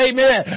Amen